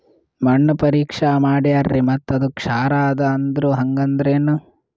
ಮಣ್ಣ ಪರೀಕ್ಷಾ ಮಾಡ್ಯಾರ್ರಿ ಮತ್ತ ಅದು ಕ್ಷಾರ ಅದ ಅಂದ್ರು, ಹಂಗದ್ರ ಏನು?